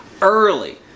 early